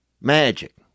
Magic